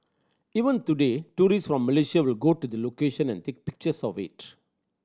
even today tourist from Malaysia will go to the location and take pictures of it